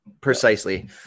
Precisely